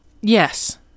Yes